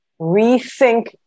rethink